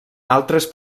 altres